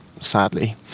sadly